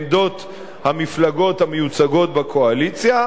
עמדות המפלגות המיוצגות בקואליציה,